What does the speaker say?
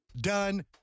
Done